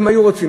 הם היו רוצים,